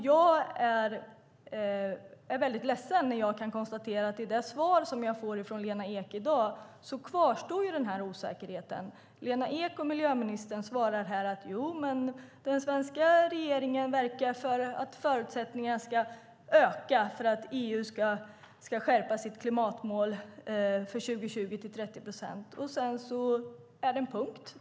Jag är väldigt ledsen när jag kan konstatera att i det svar som jag får från Lena Ek i dag kvarstår den här osäkerheten. Lena Ek, miljöministern, svarar här att den svenska regeringen verkar för att förutsättningarna ska öka för att EU ska skärpa sitt klimatmål för 2020 till 30 procent. Sedan är det en punkt.